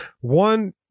one